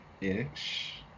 ish